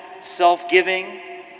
self-giving